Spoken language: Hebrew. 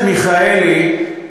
הכנסת מיכאלי,